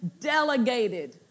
delegated